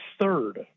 third